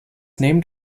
named